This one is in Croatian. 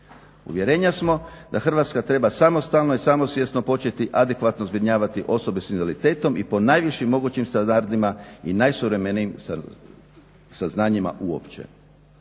Uvjerenja smo da Hrvatska treba samostalno i samosvjesno početi adekvatno zbrinjavati osobe sa invaliditetom i po najvišim mogućim standardima i najsuvremenijim saznanjima uopće.